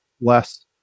less